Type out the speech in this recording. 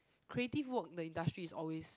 creative work in the industry is always